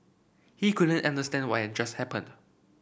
he couldn't understand why had just happened